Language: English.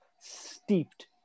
steeped